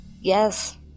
Yes